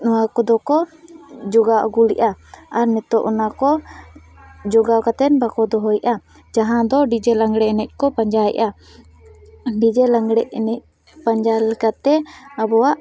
ᱱᱚᱣᱟ ᱠᱚᱫᱚ ᱠᱚ ᱡᱚᱜᱟᱣ ᱟᱹᱜᱩ ᱞᱮᱫᱼᱟ ᱟᱨ ᱱᱤᱛᱳᱜ ᱚᱱᱟ ᱠᱚ ᱡᱚᱜᱟᱣ ᱠᱟᱛᱮᱱ ᱵᱟᱠᱚ ᱫᱚᱦᱚᱭᱮᱫᱼᱟ ᱡᱟᱦᱟᱸ ᱫᱚ ᱰᱤᱡᱮ ᱞᱟᱸᱜᱽᱲᱮ ᱮᱱᱮᱡ ᱠᱚ ᱯᱟᱸᱡᱟᱭᱮᱫᱼᱟ ᱰᱤᱡᱮ ᱞᱟᱸᱜᱽᱲᱮ ᱮᱱᱮᱡ ᱯᱟᱸᱡᱟ ᱞᱮᱠᱟᱛᱮ ᱟᱵᱚᱣᱟᱜ